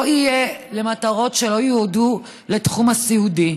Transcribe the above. לא יהיה למטרות שלא יועדו לתחום הסיעודי?